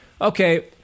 Okay